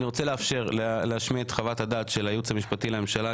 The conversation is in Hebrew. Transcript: אני רוצה לאפשר להשמיע את חוות הדעת של הייעוץ המשפטי לממשלה,